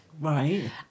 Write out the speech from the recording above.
Right